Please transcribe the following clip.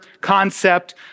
concept